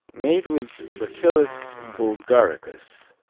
made with bacillus bulgaricus,